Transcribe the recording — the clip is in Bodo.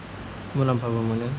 मुलाम्फाबो मोनो